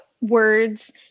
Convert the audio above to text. words